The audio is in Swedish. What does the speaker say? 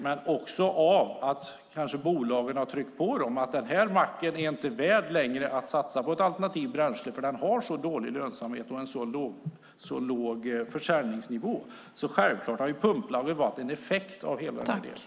Men bolagen kanske också har tryckt på och sagt att en mack inte längre är värd att satsa på för alternativt bränsle därför att den har så dålig lönsamhet och så låg försäljningsnivå. Självklart har pumplagen varit en effekt av hela den här delen.